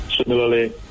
Similarly